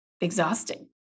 exhausting